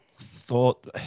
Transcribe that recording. thought